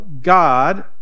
God